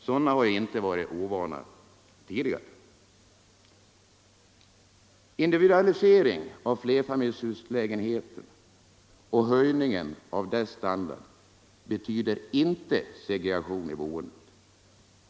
Sådana omdömen har inte varit ovanliga tidigare. dard betyder inte segregation i boendet.